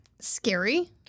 scary